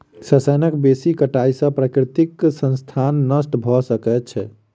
शस्यक बेसी कटाई से प्राकृतिक संसाधन नष्ट भ सकै छै